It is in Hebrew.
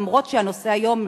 למרות שהנושא של היום,